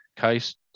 case